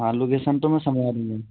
हाँ लोकेशन तो मैं समझा दूँगा